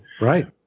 Right